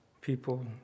people